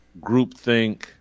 groupthink